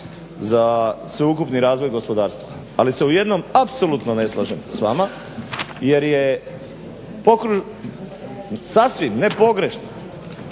za sveukupni razvoj gospodarstva. Ali se u jednom apsolutno ne slažem s vama jer je sasvim ne pogrešno